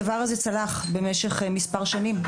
הדבר הזה צלח במשך מספר שנים.